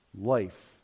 Life